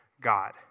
God